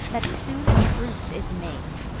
that soon a truce is made.